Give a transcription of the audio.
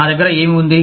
నా దగ్గర ఏమి ఉంది